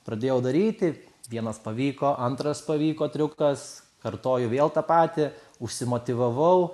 pradėjau daryti vienas pavyko antras pavyko triukas kartoju vėl tą patį užsimotyvavau